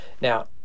Now